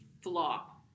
flop